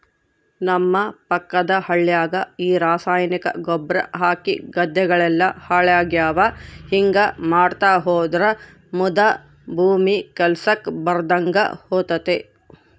ನಮ್ಮ ಪಕ್ಕದ ಹಳ್ಯಾಗ ಈ ರಾಸಾಯನಿಕ ಗೊಬ್ರ ಹಾಕಿ ಗದ್ದೆಗಳೆಲ್ಲ ಹಾಳಾಗ್ಯಾವ ಹಿಂಗಾ ಮಾಡ್ತಾ ಹೋದ್ರ ಮುದಾ ಭೂಮಿ ಕೆಲ್ಸಕ್ ಬರದಂಗ ಹೋತತೆ